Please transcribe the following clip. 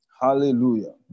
Hallelujah